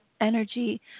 energy